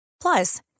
Plus